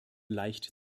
leicht